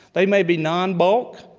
they may be non-bulk,